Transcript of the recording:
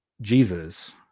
Jesus